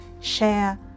Share